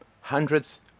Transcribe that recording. Hundreds